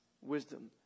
wisdom